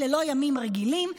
אלה לא ימים רגילים.